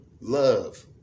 love